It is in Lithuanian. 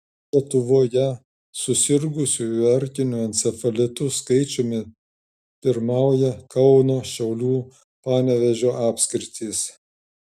lietuvoje susirgusiųjų erkiniu encefalitu skaičiumi pirmauja kauno šiaulių panevėžio apskritys